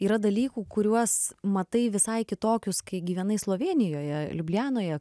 yra dalykų kuriuos matai visai kitokius kai gyvenai slovėnijoje liublianoje